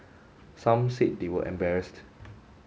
some said they were embarrassed